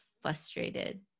frustrated